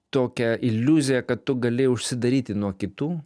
tokią iliuziją kad tu gali užsidaryti nuo kitų